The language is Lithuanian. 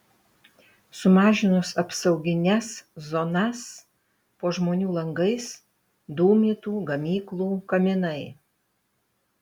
sumažinus apsaugines zonas po žmonių langais dūmytų gamyklų kaminai